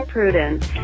Prudence